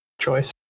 choice